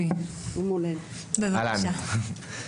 בבקשה.